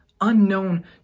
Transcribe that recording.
unknown